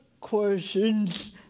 questions